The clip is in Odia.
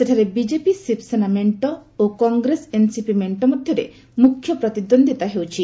ସେଠାରେ ବିଜେପି ଶିବସେନା ମେଣ୍ଟ ଓ କଂଗ୍ରେସ ଏନ୍ସିପି ମେଣ୍ଟ ମଧ୍ୟରେ ମୁଖ୍ୟ ପ୍ରତିଦ୍ୱନ୍ଦିତା ହେଉଛି